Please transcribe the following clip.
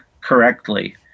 correctly